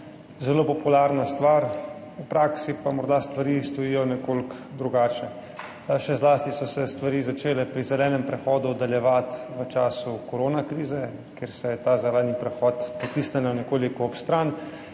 zelo popularna stvar, v praksi pa morda stvari stojijo nekoliko drugače. Še zlasti so se stvari začele pri zelenem prehodu oddaljevati v času koronske krize, ko se je ta zaradi prehoda potisnil nekoliko ob stran,